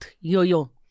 Yo-Yo